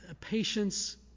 patience